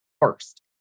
first